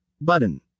button